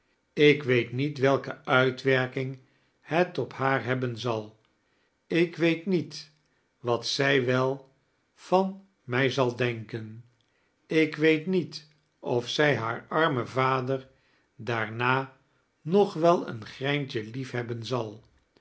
ik weet niet welke uitwerking het op haar hebben zal ik weet niet wat zij wel van mij zal denken ik weet niet of zij haar armen voder daarna nog wel een gredntje liefhebben zal